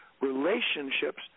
Relationships